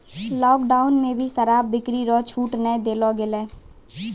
lockdown मे भी शराब बिक्री रो छूट नै देलो गेलै